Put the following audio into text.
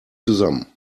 zusammen